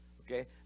Okay